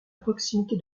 proximité